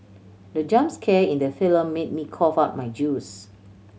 the jump scare in the film made me cough out my juice